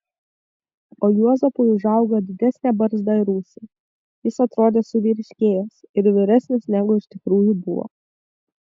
o juozapui užaugo didesnė barzda ir ūsai jis atrodė suvyriškėjęs ir vyresnis negu iš tikrųjų buvo